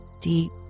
deep